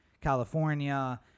California